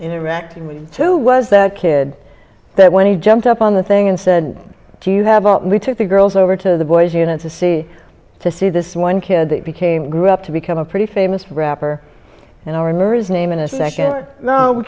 interacting with who was that kid that when he jumped up on the thing and said do you have all that we took the girls over to the boys unit to see to see this one kid that became grew up to become a pretty famous rapper and or emerges name in a second